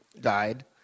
died